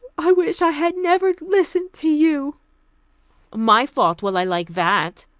i wish i had never listened to you my fault! well, i like that.